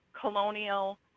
colonial